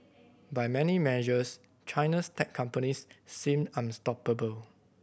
by many measures China's tech companies seem unstoppable